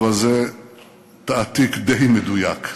אבל זה העתק די מדויק.